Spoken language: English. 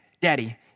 daddy